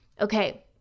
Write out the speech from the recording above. okay